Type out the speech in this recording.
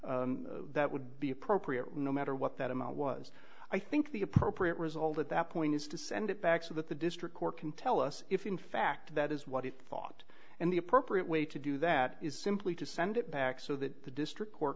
that would be appropriate no matter what that amount was i think the appropriate result at that point is to send it back so that the district court can tell us if in fact that is what he thought and the appropriate way to do that is simply to send it back so that the district